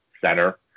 center